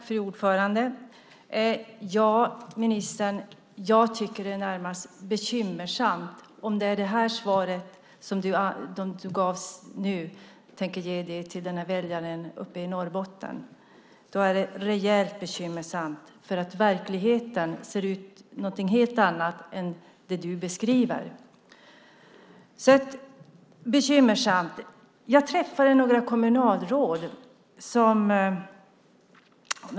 Fru talman! Jag tycker att det är närmast bekymmersamt om det svar som ministern gav nu är det hon tänker ge sina väljare uppe i Norrbotten. Då är det rejält bekymmersamt, för verkligheten ser helt annorlunda ut än den hon beskriver. Jag träffade några kommunalråd.